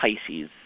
Pisces